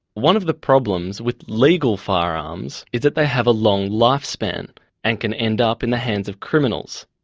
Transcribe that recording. one of the problems with legal firearms is that they have a long lifespan and can end up in the hands of criminals.